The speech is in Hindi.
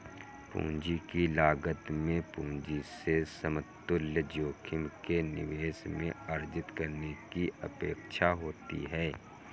पूंजी की लागत में पूंजी से समतुल्य जोखिम के निवेश में अर्जित करने की अपेक्षा होती है